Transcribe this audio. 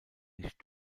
nicht